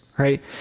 Right